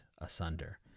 asunder